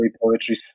poetry